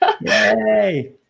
yay